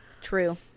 True